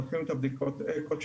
עושים את בדיקות האקו שלהם,